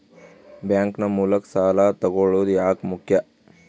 Bank ನ ಮೂಲಕ ಸಾಲ ತಗೊಳ್ಳೋದು ಯಾಕ ಮುಖ್ಯ?